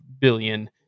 billion